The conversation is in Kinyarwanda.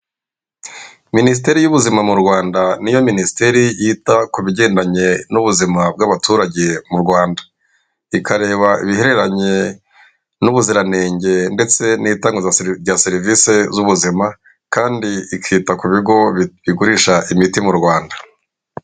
Minisiteri y'ubuzima mu Rwanda niyo minisiteri yita ku bijyandanye n'ubuzima bw'abaturage mu Rwanda. Ikareba ibihereranye n'ubuziranenge ndetse n'itanga rya serivisi z'ubuzima, kandi ikita ku bigo bigurisha imiti mu Rwanda.